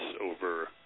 over